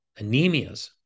anemias